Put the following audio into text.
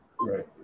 Right